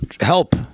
help